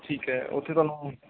ਠੀਕ ਹੈ ਉੱਥੇ ਤੁਹਾਨੂੰ